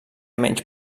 menys